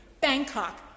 Bangkok